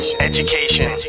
education